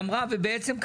בעצם,